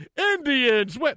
Indians